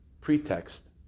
pretext